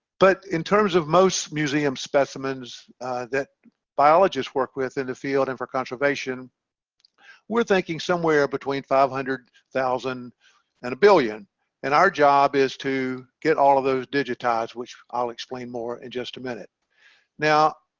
but in terms of most museum specimens that biologists work with in the field and for conservation we're thinking somewhere between five hundred thousand and a billion and our job is to get all of those digitized which i'll explain more in just a minute now